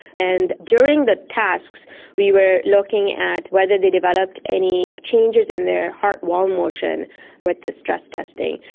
and during the tasks we were looking at whether they developed any changes in their heart wall motion with the stress testing.